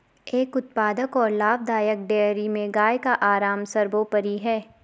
एक उत्पादक और लाभदायक डेयरी में गाय का आराम सर्वोपरि है